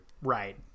Right